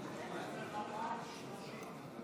51 בעד, 59 נגד.